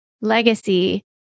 legacy